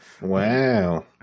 Wow